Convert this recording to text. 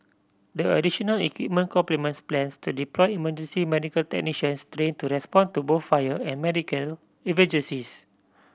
the additional equipment complements plans to deploy emergency medical technicians trained to respond to both fire and medical emergencies